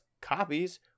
copies